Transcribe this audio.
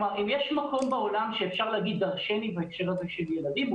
אם יש מקום בעולם שאפשר להגיד דרשני בהקשר הזה של ילדים,